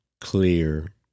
clear